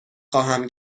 خواهم